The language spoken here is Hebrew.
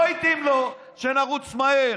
לא התאים לו שנרוץ מהר,